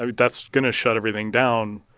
ah that's going to shut everything down,